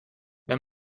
wenn